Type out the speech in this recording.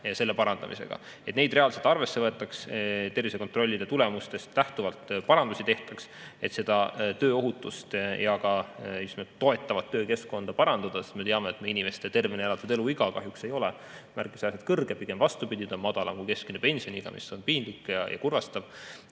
selle parandamisega, et neid reaalselt arvesse võetaks, et tervisekontrollide tulemustest lähtuvalt parandusi tehtaks, et tööohutust ja just nimelt toetavat töökeskkonda parandada. Me teame, et meie inimeste tervena elatud eluiga ei ole kahjuks märkimisväärselt kõrge, pigem vastupidi, ta on madalam kui keskmine pensioniiga, mis on piinlik ja kurvastav.